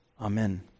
Amen